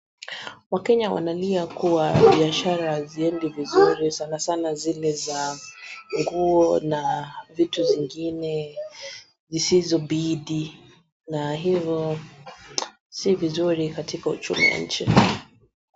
Wakenya wanalia kuwa biashara haziendi vizuri sana sana zile za nguo na vitu zingine zisizobindi na hivo si vizuri katika uchumi wa nchi.